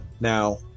Now